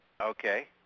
Okay